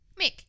Mick